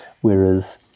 Whereas